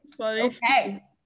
okay